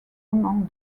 among